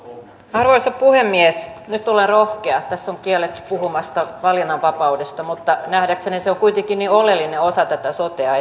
arvoisa puhemies nyt olen rohkea tässä on kielletty puhumasta valinnanvapaudesta mutta kun nähdäkseni se on kuitenkin niin oleellinen osa tätä sotea